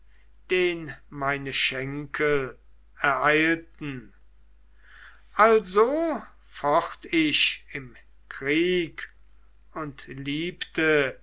den meine schenkel ereilten also focht ich im krieg und liebte